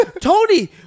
Tony